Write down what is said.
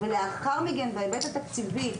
ולאחר מכן בהיבט התקציבי,